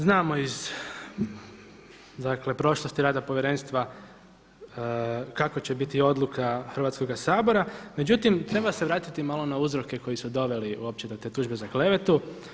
Znamo iz prošlosti rada povjerenstva kako će biti odluka Hrvatskoga sabora, međutim treba se vratiti malo na uzroke koji su doveli uopće do te tužbe za klevetu.